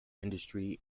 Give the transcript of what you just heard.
industry